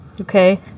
Okay